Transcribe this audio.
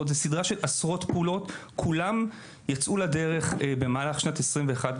מדובר בעשרות פעולות שכולן יצאו לדרך במהלך שנת 2022,